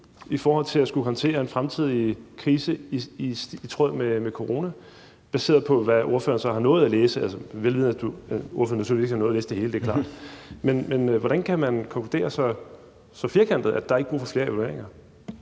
i forhold til at skulle håndtere en fremtidig krise i stil med corona, baseret på, hvad ordføreren så har nået at læse, altså vel vidende at ordføreren naturligvis ikke har nået at læse det hele, det er klart? Men hvordan kan man konkludere så firkantet, at der ikke er brug for flere evalueringer?